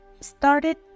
started